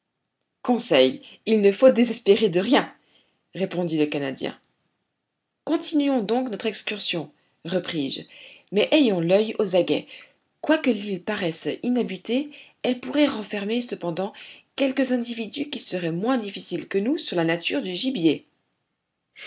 conseil il ne faut désespérer de rien répondit le canadien continuons donc notre excursion repris-je mais ayons l'oeil aux aguets quoique l'île paraisse inhabitée elle pourrait renfermer cependant quelques individus qui seraient moins difficiles que nous sur la nature du gibier